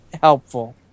helpful